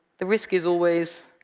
the risk is always,